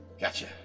Gotcha